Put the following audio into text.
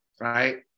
right